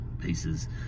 pieces